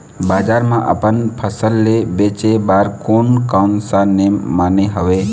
बजार मा अपन फसल ले बेचे बार कोन कौन सा नेम माने हवे?